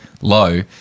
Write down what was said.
low